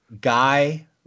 guy